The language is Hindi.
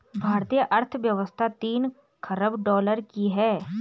भारतीय अर्थव्यवस्था तीन ख़रब डॉलर की है